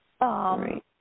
Right